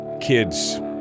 kids